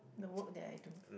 the work that I do